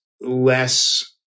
less